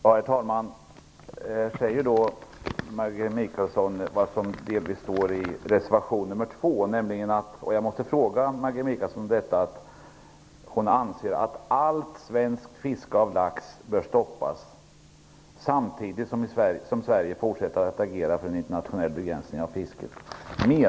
Herr talman! Maggi Mikaelsson tar upp något som delvis står i reservation 2, nämligen att allt svenskt fiske av lax bör stoppas samtidigt som Sverige fortsätter att agera för en internationell begränsning av fisket.